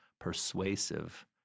persuasive